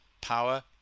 power